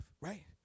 right